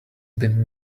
been